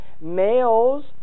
Males